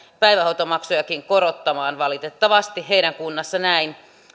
päivähoitomaksujakin korottamaan valitettavasti heidän kunnassaan on näin